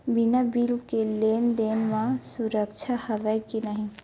बिना बिल के लेन देन म सुरक्षा हवय के नहीं?